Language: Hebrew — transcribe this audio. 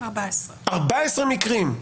14. 14 מקרים.